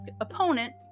opponent